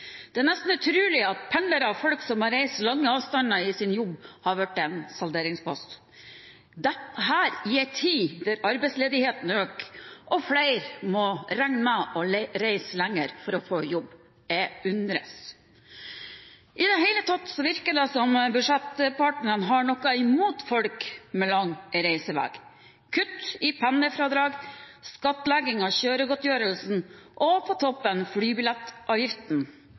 Det er nesten utrolig at pendlere og folk som må reise lange avstander i sin jobb, har blitt en salderingspost, i en tid der arbeidsledigheten øker og flere må regne med å reise lenger for å få jobb. Jeg undres. I det hele tatt virker det som om budsjettpartnerne har noe imot folk med lang reisevei: kutt i pendlerfradrag, skattlegging av kjøregodtgjørelsen og – på toppen – flybillettavgiften